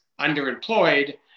underemployed